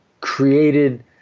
created